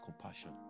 compassion